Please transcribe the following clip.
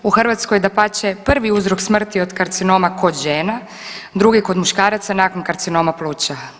U Hrvatskoj dapače prvi uzrok smrti od karcinom kod žena, drugi kod muškaraca nakon karcinoma pluća.